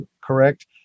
correct